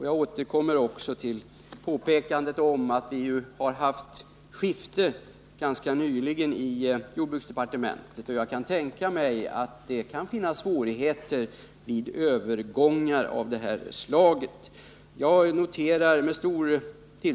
Jag vill i sammanhanget upprepa det påpekande jag gjorde om att vi ganska nyligen har haft regeringsskifte och fått ny ledning i jordbruksdepartementet, och jag kan tänka mig att det blir svårigheter vid sådana här övergångar.